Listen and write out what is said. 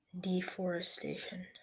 Deforestation